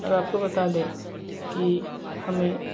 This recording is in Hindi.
और आपको बता दे की हमें